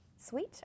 Sweet